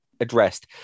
addressed